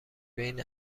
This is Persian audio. بین